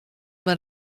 mar